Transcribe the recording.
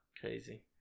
Crazy